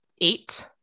Eight